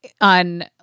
on